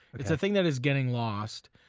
it's a thing that is getting lost.